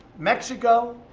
mexico